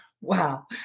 Wow